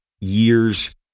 years